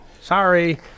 sorry